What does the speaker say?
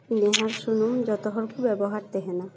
ᱱᱤᱦᱟᱨ ᱥᱩᱱᱩᱢ ᱡᱚᱛᱚ ᱦᱚᱲ ᱠᱚ ᱵᱮᱵᱚᱦᱟᱨ ᱛᱟᱦᱮᱸᱱᱟ